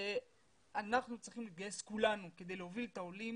לא נתגייס כדי להוביל את העולים